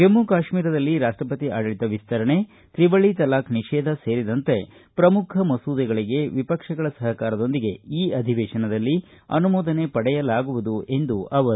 ಜಮ್ಮ ಕಾಶ್ಮೀರದಲ್ಲಿ ರಾಷ್ಷಪತಿ ಆಡಳಿತ ವಿಸ್ತರಣೆ ತ್ರಿವಳಿ ತಲಾಖ್ ನಿಷೇಧ ಸೇರಿದಂತೆ ಪ್ರಮುಖ ಮಸೂದೆಗಳಿಗೆ ವಿಪಕ್ಷಗಳ ಸಹಕಾರದೊಂದಿಗೆ ಈ ಅಧಿವೇಶನದಲ್ಲಿ ಅನುಮೋದನೆ ಪಡೆಯಲಾಗುವುದು ಎಂದರು